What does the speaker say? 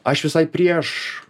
aš visai prieš